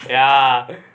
ya